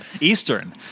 Eastern